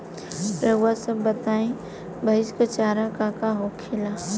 रउआ सभ बताई भईस क चारा का का होखेला?